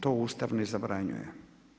To Ustav ne zabranjuje.